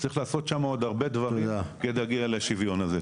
צריך לעשות שם עוד הרבה דברים על מנת להגיע לשיווין הזה.